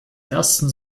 ersten